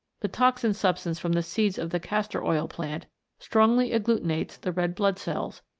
the toxin substance from the seeds of the castor oil plant strongly agglutinates the red blood cells,